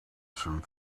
some